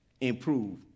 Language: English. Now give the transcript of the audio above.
improve